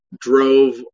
drove